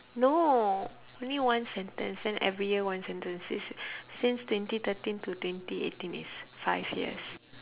no only one sentence then every year one sentence it's since twenty thirteen to twenty eighteen is five years